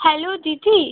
hello দিদি